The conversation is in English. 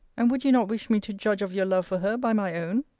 and would you not wish me to judge of your love for her by my own?